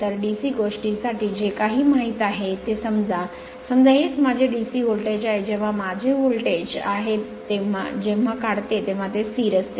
तर DC गोष्टीसाठी जे काही माहित आहे ते समजा समजा हेच माझे DC व्होल्टेज आहे जेव्हा माझे व्होल्टेज आहे जेव्हा काढते तेव्हा ते स्थिर असते